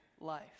life